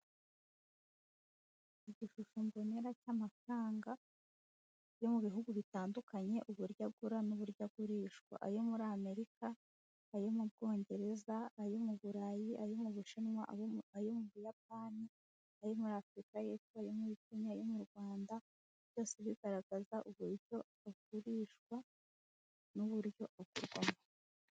Igishushanyo mbonera cy'amafaranga yo mu bihugu bitandukanye uburyo agura n'uburyo agurishwa ayo muri Amerika, ayo mu Bwongereza, ayo mu Burayi, ayo mu Bushinwa, ayo mu Buyapani, ayo muri Afurika y'Epfo, ayo muri Kenya, ayo mu Rwanda byose bigaragaza uburyo agurishwa n'iryo avugwamo.